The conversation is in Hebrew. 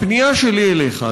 הפנייה שלי אליך,